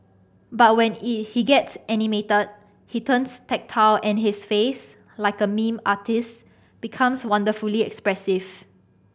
but when he gets animated he turns tactile and his face like a artist's becomes wonderfully expressive